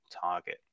target